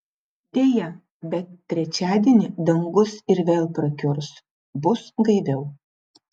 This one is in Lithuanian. deja bet trečiadienį dangus ir vėl prakiurs bus gaiviau